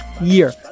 year